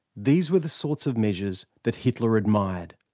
these were the sorts of measures that hitler admired.